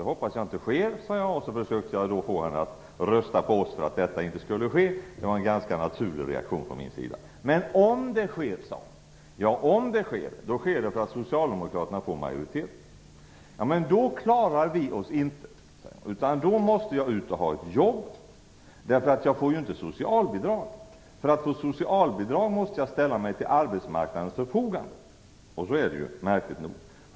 Jag hoppas att det inte sker, sade jag och försökte få henne att rösta på oss för att detta inte skulle ske - en ganska naturlig reaktion från min sida. Men om det sker, sade hon. Ja, om det sker beror det på att Socialdemokraterna får majoritet, svarade jag. Men då klarar vi oss inte, sade hon, utan jag måste ut och få ett jobb. Jag får ju inte socialbidrag, för då måste jag ställa mig till arbetsmarknadens förfogande. Så är det ju, märkligt nog.